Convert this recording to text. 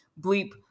bleep